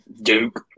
Duke